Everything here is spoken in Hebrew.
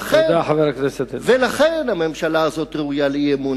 ולכן הממשלה הזאת ראויה לאי-אמון,